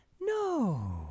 no